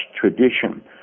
tradition